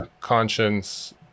conscience